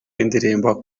y’indirimbo